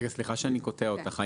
סליחה שאני קוטע אותך.